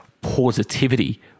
Positivity